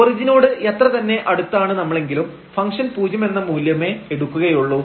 ഒറിജിനോട് എത്രതന്നെ അടുത്താണ് നമ്മളെങ്കിലും ഫംഗ്ഷൻ പൂജ്യം എന്ന മൂല്യമേ എടുക്കുകയുള്ളൂ